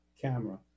camera